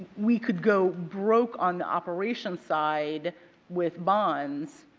we could go broke on the operations side with bonds.